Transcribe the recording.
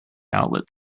outlet